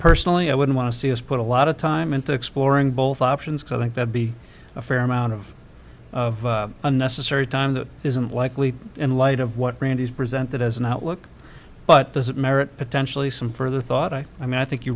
personally i would want to see us put a lot of time into exploring both options i think that be a fair amount of unnecessary time that isn't likely in light of what brandy's presented as an outlook but does it merit potentially some further thought i i mean i think you